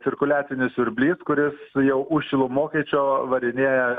cirkuliacinis siurblys kuris jau už šilumokaičio varinėja